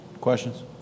questions